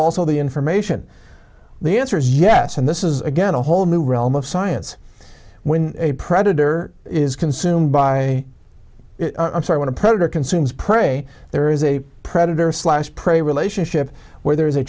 also the information the answer is yes and this is again a whole new realm of science when a predator is consumed by i'm sorry when a predator consumes prey there is a predator slash prey relationship where the